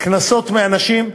קנסות מאנשים,